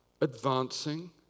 advancing